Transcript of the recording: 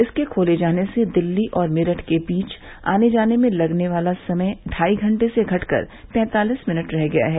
इसके खोले जाने से दिल्ली और मेरठ के बीच आने जाने में लगने वाला समय ढाई घंटे से घटकर पैंतालीस मिनट रह गया है